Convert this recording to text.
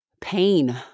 pain